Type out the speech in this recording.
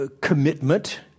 commitment